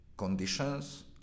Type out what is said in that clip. Conditions